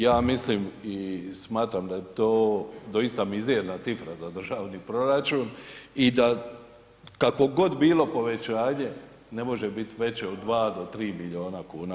Ja mislim i smatram da je to doista mizerna cifra za državni proračun i da kako god bilo povećanje ne može biti veće od 2 do 3 miliona kuna.